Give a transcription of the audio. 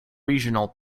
regional